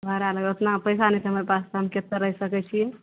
भारा लागत ओतना पैसा नहि छै तऽ हमरा पास हम कतऽ रहि सकय छियै